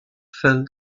fell